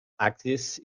axis